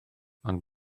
ond